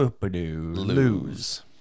lose